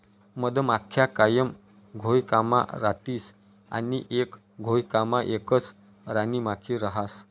मधमाख्या कायम घोयकामा रातीस आणि एक घोयकामा एकच राणीमाखी रहास